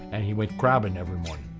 and he went crabbing every morning.